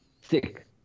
sick